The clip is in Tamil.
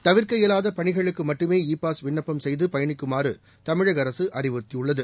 கவிர்க்க இயலாதபணிகளுக்குமட்டுமே இ பாஸ் விண்ணப்பம் செய்தபயணிக்குமாறும் தமிழகஅரசுஅறிவுறுத்தியுள்ளது